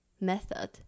method